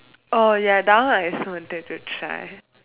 oh ya that one I also wanted to try